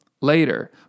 later